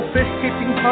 Fishkeeping